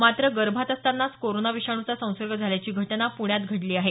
मात्र गर्भात असतानाच कोरोना विषाण्चा संसर्ग झाल्याची घटना पुण्यात घडली आहे